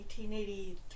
1883